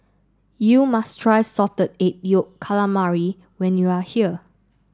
you must try Salted Egg Yolk Calamari when you are here